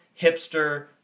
hipster